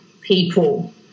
people